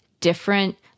different